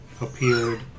appeared